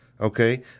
Okay